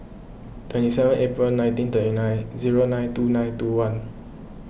twenty seven April nineteen thirty nine zero nine two nine two one